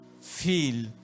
feel